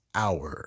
hour